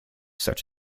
such